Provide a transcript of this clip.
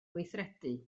gweithredu